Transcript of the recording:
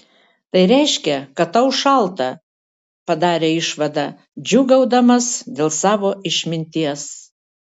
tai reiškia kad tau šalta padarė išvadą džiūgaudamas dėl savo išminties